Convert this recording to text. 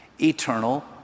eternal